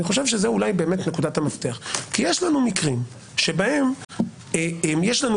זאת אולי נקודת המפתח כי יש לנו מקרים בהם יש לנו